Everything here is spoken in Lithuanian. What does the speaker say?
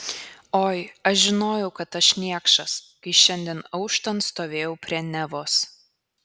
oi aš žinojau kad aš niekšas kai šiandien auštant stovėjau prie nevos